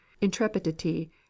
intrepidity